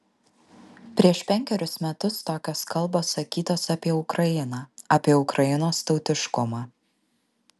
prieš penkerius metus tokios kalbos sakytos apie ukrainą apie ukrainos tautiškumą